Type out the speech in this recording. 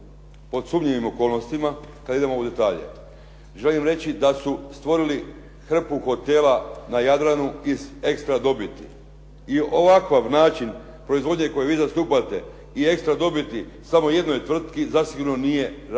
pod sumnjivim okolnostima kad idemo u detalje. Želim reći da su stvorili hrpu hotela na Jadranu iz extra dobiti i ovakav način proizvodnje koji vi zastupate i extra dobiti samo jednoj tvrtki zasigurno nije sazdan